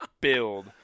build